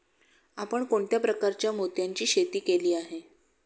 आपण कोणत्या प्रकारच्या मोत्यांची शेती केली आहे?